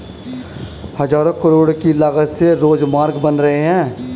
हज़ारों करोड़ की लागत से राजमार्ग बन रहे हैं